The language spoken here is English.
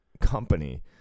company